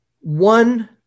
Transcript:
one